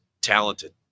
talented